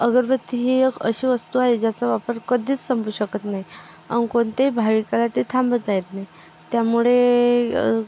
अगरबत्ती ही एक अशी वस्तू आहे ज्याचा वापर कधीच संपू शकत नाही कोणत्याही भाविकाला ते थांबवता येत नाही त्यामुळे